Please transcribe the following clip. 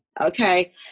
Okay